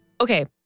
Okay